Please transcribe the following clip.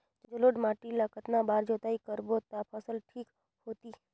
जलोढ़ माटी ला कतना बार जुताई करबो ता फसल ठीक होती?